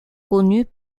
connues